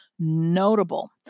Notable